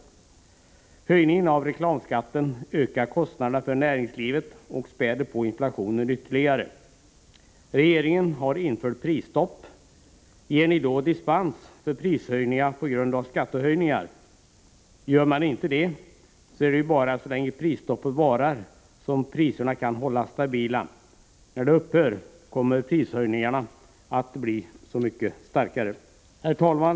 En höjning av reklamskatten ökar kostnaderna för näringslivet och späder på inflationen ytterligare. Regeringen har infört prisstopp. Ger ni då dispens för prishöjningar på grund av skattehöjningar? Gör man inte det, så är det ju bara så länge prisstoppet varar som priserna kan hållas stabila. När det upphör kommer prishöjningarna att bli så mycket starkare. Herr talman!